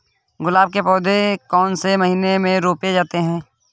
गुलाब के पौधे कौन से महीने में रोपे जाते हैं?